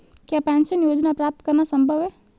क्या पेंशन योजना प्राप्त करना संभव है?